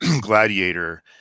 gladiator